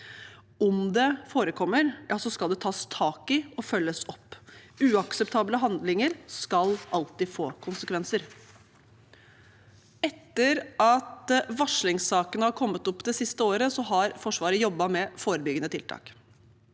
Om det forekommer, skal det tas tak i og følges opp. Uakseptable handlinger skal alltid få konsekvenser. Etter at varslingssakene har kommet opp det siste året, har Forsvaret jobbet med forebyggende tiltak.